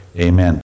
Amen